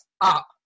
Up